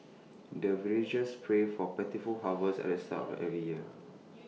the villagers pray for plentiful harvest at the start of every year